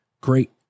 great